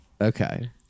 Okay